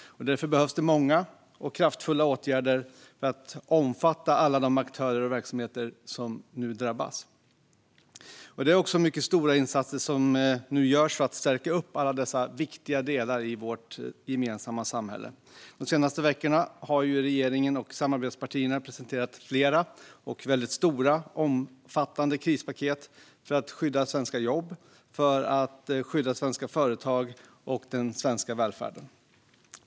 Därför behövs många och kraftfulla åtgärder för att omfatta alla de aktörer och verksamheter som nu drabbas. Det är också mycket stora insatser som nu görs för att stärka alla dessa viktiga delar i vårt samhälle. De senaste veckorna har regeringen och samarbetspartierna presenterat flera stora och omfattande krispaket för att skydda svenska jobb, svenska företag och svensk välfärd.